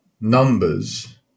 numbers